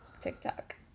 TikTok